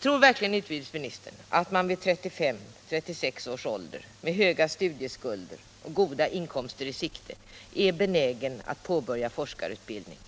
Tror verkligen utbildningsministern att man vid 35 å 36 årmed höga studieskulder och goda inkomster i sikte — är benägen att påbörja forskarutbildning?